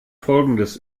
folgendes